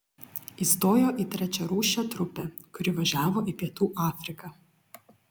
įstojo į trečiarūšę trupę kuri važiavo į pietų afriką